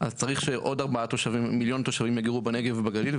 אז צריך שעוד 4 מיליון תושבים יגורו בנגב ובגליל,